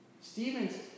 Stephen's